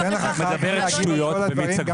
אני אתן לך אחר כך להגיב לכל הדברים,